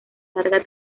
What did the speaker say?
larga